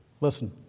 listen